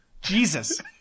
Jesus